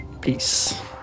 peace